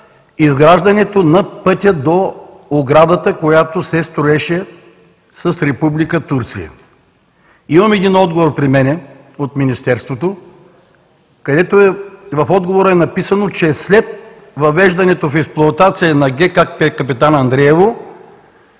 изграждането на пътя до оградата, която се строеше с Република Турция. Имам един отговор при мен от Министерството, където е написано, че след въвеждането в експлоатация на ГКПП „Капитан Андреево”